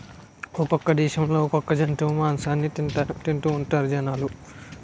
ఒక్కొక్క దేశంలో ఒక్కొక్క జంతువు మాసాన్ని తింతాఉంటారు జనాలు